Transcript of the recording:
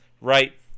right